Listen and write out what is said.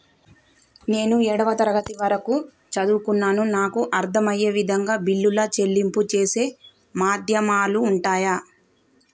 నేను ఏడవ తరగతి వరకు చదువుకున్నాను నాకు అర్దం అయ్యే విధంగా బిల్లుల చెల్లింపు చేసే మాధ్యమాలు ఉంటయా?